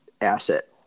asset